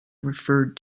referred